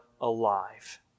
alive